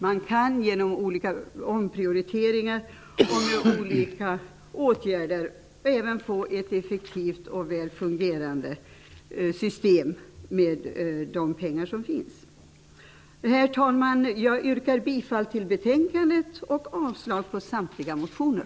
Man kan genom olika omprioriteringar och olika åtgärder även få ett effektivt och väl fungerande system med de pengar som finns. Herr talman! Jag yrkar bifall till utskottets hemställan och avslag på samtliga motioner.